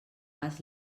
pas